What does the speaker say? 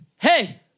Hey